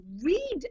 read